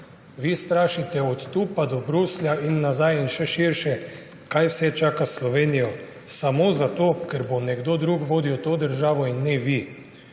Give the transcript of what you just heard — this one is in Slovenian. Vi strašite od tu pa do Bruslja in nazaj in še širše, kaj vse čaka Slovenijo, samo zato ker bo nekdo drug vodil to državo in ne vi.